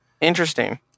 interesting